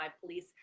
police